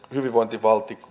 hyvinvointivaltion